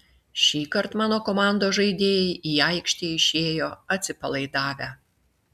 šįkart mano komandos žaidėjai į aikštę išėjo atsipalaidavę